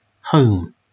home